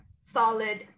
solid